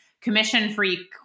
Commission-free